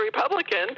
Republican